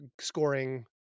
scoring